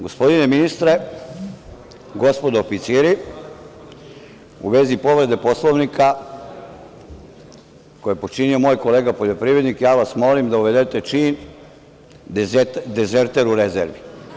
Gospodine ministre, gospodo oficiri, u vezi povrede Poslovnika koju je počinio moj kolega poljoprivrednik, molim vas da uvedete čin – dezerter u rezervi.